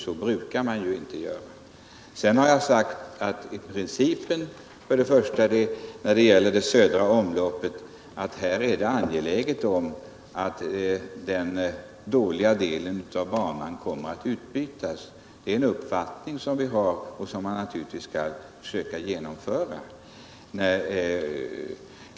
Så brukar man ju inte göra. Jag har vidare sagt att det när det gäller det södra omloppet är angeläget att den dåliga delen av banan byts ut. Det är vår uppfattning, och det skall vi försöka genomföra.